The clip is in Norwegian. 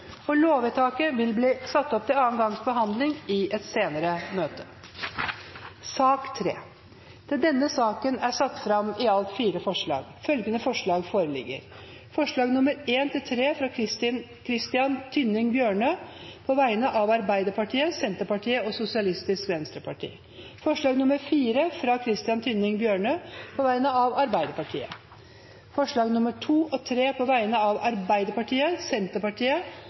helhet. Lovvedtaket vil bli satt opp til andre gangs behandling i et senere møte i Stortinget. Under debatten er det satt fram i alt fire forslag. Det er forslagene nr. 1–3, fra Christian Tynning Bjørnø på vegne av Arbeiderpartiet, Senterpartiet og Sosialistisk Venstreparti forslag nr. 4, fra Christian Tynning Bjørnø på vegne av Arbeiderpartiet Det voteres over forslagene nr. 2 og 3, fra Arbeiderpartiet, Senterpartiet